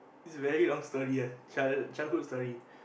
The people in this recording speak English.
this is a very long story ah child childhood story